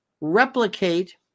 replicate